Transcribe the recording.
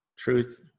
truth